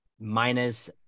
minus